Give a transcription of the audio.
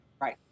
Right